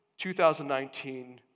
2019